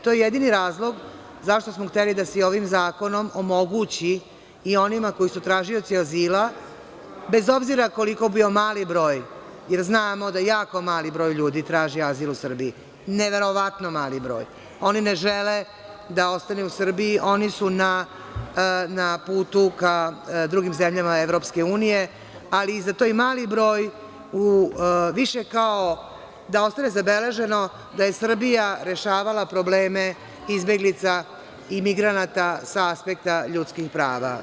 To je jedini razlog zašto smo hteli da se i ovim zakonom omogući i onima koji su tražioci azila, bez obzira koliko bio mali broj, jer znamo da jako mali broj ljudi traži azil u Srbiji, neverovatno mali broj, oni ne žele da ostanu u Srbiji, oni su na putu ka drugim zemljama EU, ali i za taj mali broj, više kao da ostane zabeleženo da je Srbija rešavala probleme izbeglica i migranata sa aspekta sa ljudskih prava.